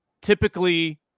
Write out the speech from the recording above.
typically